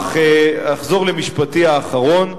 אך אחזור למשפטי האחרון.